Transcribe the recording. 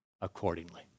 accordingly